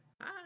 Hi